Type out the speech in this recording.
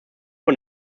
von